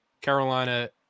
Carolina